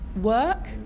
work